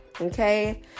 Okay